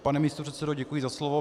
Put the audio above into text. Pane místopředsedo, děkuji za slovo.